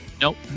Nope